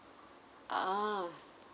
ah